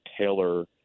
tailor